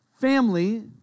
family